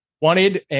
wanted